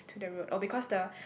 to the road oh because the